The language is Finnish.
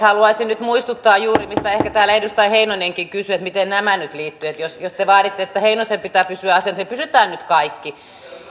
haluaisin nyt muistuttaa juuri siitä mistä täällä edustaja heinonenkin kysyi miten nämä nyt liittyvät jos te vaaditte että heinosen pitää pysyä asiassa niin pysytään nyt kaikki